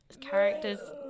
characters